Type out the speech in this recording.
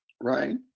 right